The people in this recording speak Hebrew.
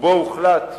ובו הוחלט,